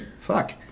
fuck